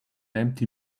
empty